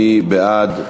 מי בעד,